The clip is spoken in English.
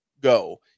go